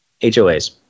HOAs